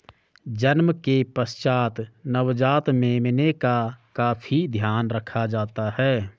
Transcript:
जन्म के पश्चात नवजात मेमने का काफी ध्यान रखा जाता है